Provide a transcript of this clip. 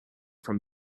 from